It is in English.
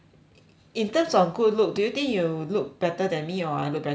in terms of good look do you think you look better than me or I look better than you